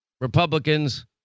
Republicans